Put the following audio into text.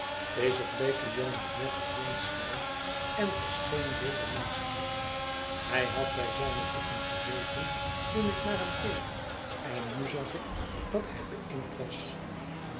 deze bleeke jonge heer verdween snel en verscheen weder naast mij hij had bij zijne boeken gezeten toen ik naar hem keek en nu zag ik dat hij beinkt was